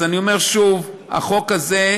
אז אני אומר שוב: החוק הזה,